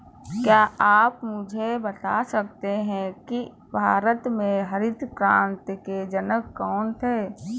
क्या आप मुझे बता सकते हैं कि भारत में हरित क्रांति के जनक कौन थे?